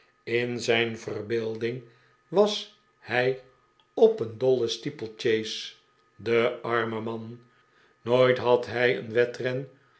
in zijn verbeelding was hij op een dolle steeple chase de arme man nooit had hij bij een wedren